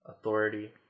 authority